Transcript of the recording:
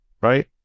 right